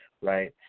right